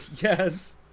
yes